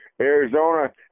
Arizona